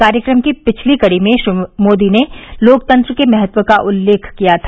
कार्यक्रम की पिछली कड़ी में श्री मोदी ने लोकतंत्र के महत्व का उल्लेख किया था